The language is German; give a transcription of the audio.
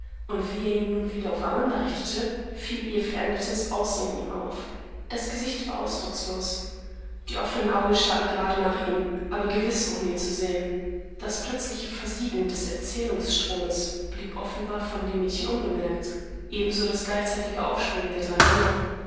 und wie er ihn nun wieder auf amanda richtete fiel ihr verändertes aussehen ihm auf das gesicht war ausdruckslos die offenen augen starrten gerade nach ihm aber gewiß ohne ihn zu sehen das plötzliche versiegen des erzählungsstromes blieb offenbar von dem mädchen unbemerkt ebenso das gleichzeitige aufspringen der drei männer